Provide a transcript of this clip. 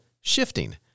Shifting